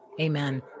Amen